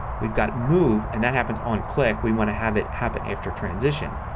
we've got move and that happens on click. we want to have it happen after transition.